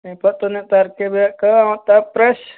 ಇಪ್ಪತ್ತ ಒಂದನೇ ತಾರೀಕಿಗೆ ಬೇಕು ಮತ್ತು ಪ್ರೆಶ್